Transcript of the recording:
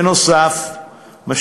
נוסף על כך,